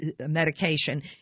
medication